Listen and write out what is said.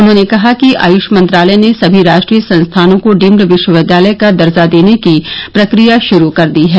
उन्होंने कहा कि आयुष मंत्रालय ने सभी राष्ट्रीय संस्थानों को डीम्ड विश्वविद्यालय का दर्जा देने की प्रक्रिया शुरू कर दी है